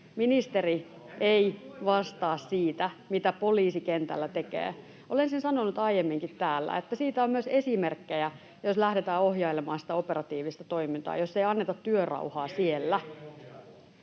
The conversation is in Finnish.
Ministeri ei vastaa siitä, mitä poliisi kentällä tekee. Olen sen sanonut aiemminkin täällä, että siitä on myös esimerkkejä, jos lähdetään ohjailemaan sitä operatiivista toimintaa, jos ei anneta työrauhaa siellä.